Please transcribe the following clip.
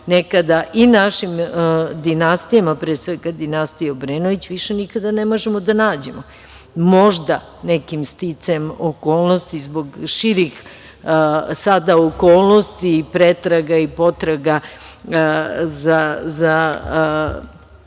i našim dinastijama, pre svega dinastiji Obrenović, više nikada ne možemo da nađemo. Možda, nekim sticajem okolnosti zbog širih sada okolnosti i pretraga i potraga za